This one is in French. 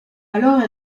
alors